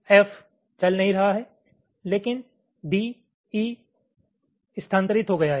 F चल नहीं रहा है लेकिन D E स्थानांतरित हो गया है